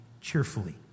cheerfully